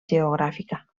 geogràfica